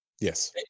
Yes